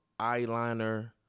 eyeliner